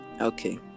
Okay